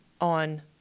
on